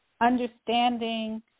understanding